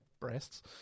breasts